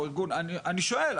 אני שואל.